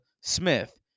Smith